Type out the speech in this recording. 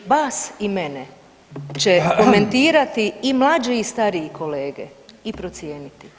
I vas i mene će komentirati i mlađi i stariji kolege i procijeniti.